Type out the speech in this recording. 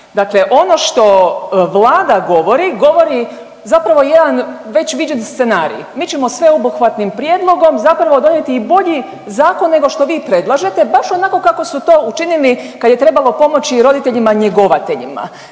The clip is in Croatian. dakle ono što Vlada govori govori zapravo jedan već viđen scenarij, mi ćemo sveobuhvatnim prijedlogom zapravo donijeti i bolji zakon nego što vi predlažete baš onako kako su to učinili kad je trebalo pomoći roditeljima njegovateljima.